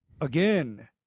again